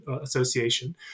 Association